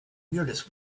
weirdest